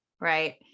right